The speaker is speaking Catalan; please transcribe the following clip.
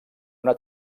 una